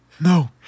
No